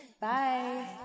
Bye